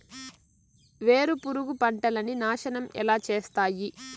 వేరుపురుగు పంటలని నాశనం ఎలా చేస్తాయి?